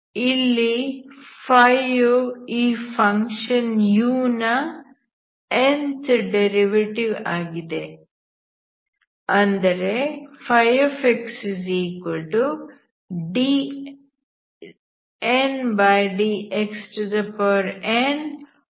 ಇಲ್ಲಿ ಯು ಈ function u ನ nth ಡೆರಿವೆಟಿವ್ ಆಗಿದೆ